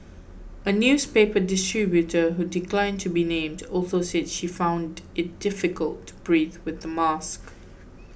a newspaper distributor who declined to be named also said she found it difficult to breathe with the mask